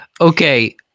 Okay